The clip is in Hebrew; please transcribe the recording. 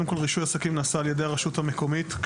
רישוי עסקים נעשה על ידי הרשות המקומית.